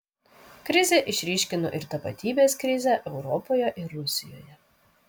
krizė išryškino ir tapatybės krizę europoje ir rusijoje